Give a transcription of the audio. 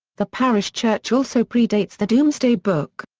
the parish church also pre-dates the domesday book.